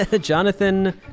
Jonathan